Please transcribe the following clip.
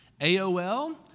AOL